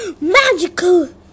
magical